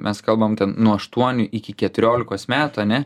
mes kalbam nuo aštuonių iki keturiolikos metų ane